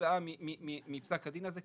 כתוצאה מפסק הדין הזה,